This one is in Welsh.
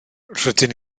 rydyn